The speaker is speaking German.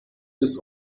des